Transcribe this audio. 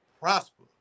prosper